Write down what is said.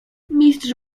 mistrz